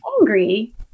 angry